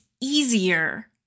easier